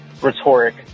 rhetoric